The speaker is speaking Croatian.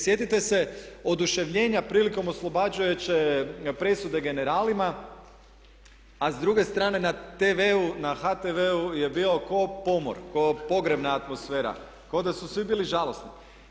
Sjetite se oduševljenja prilikom oslobađajuće presude generalima a s druge strane na TV-u, na HTV-u je bio ko pomor, ko pogrebna atmosfera, kao da su svi bili žalosni.